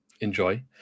enjoy